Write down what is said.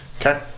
Okay